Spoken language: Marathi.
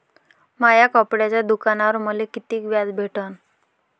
माया कपड्याच्या दुकानावर मले कितीक व्याज भेटन?